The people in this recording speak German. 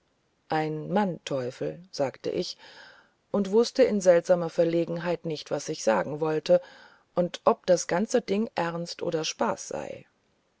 ein mannteuffel sagte ich und wußte in seltsamer verlegenheit nicht was ich sagen wollte und ob das ganze ding ernst oder spaß sei